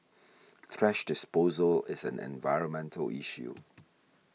thrash disposal is an environmental issue